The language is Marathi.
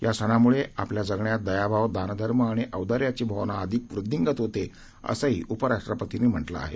या सणाम्ळे आपल्या जगण्यात दयाभाव दानधर्म आणि औदर्याची भावना अधिक वृद्धींगत होते असंही उपराष्ट्रपतींनी म्हटलं आहे